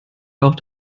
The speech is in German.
auch